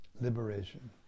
Liberation